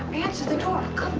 answer the door.